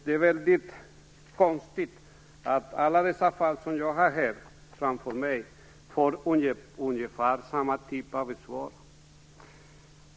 Det är väldigt konstigt att man i alla de fall som jag har här framför mig får ungefär samma typ av svar.